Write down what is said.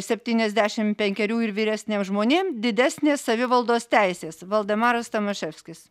septyniasdešim penkerių ir vyresniem žmonėm didesnės savivaldos teisės valdemaras tomaševskis